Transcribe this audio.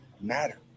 matter